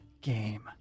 game